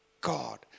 God